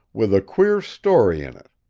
with a queer story in it.